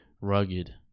Rugged